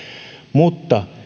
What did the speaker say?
mutta